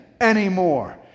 anymore